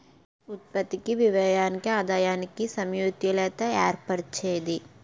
ఉత్పత్తికి వ్యయానికి ఆదాయానికి సమతుల్యత ఏర్పరిచేది